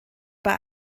bei